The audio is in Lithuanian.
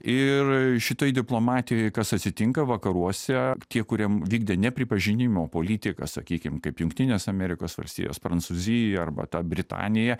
ir šitoj diplomatijoj kas atsitinka vakaruose tie kurie m vykdė nepripažinimo politiką sakykim kaip jungtinės amerikos valstijos prancūzija arba ten britanija